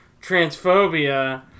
transphobia